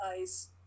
ice